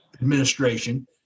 administration